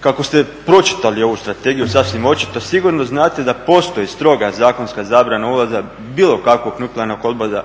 Kako ste pročitali ovu Strategiju sasvim očito, sigurno znate da postoje straga zakonska zabrana ulaza bilo kakvog nuklearnog otpada